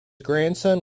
grandson